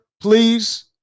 please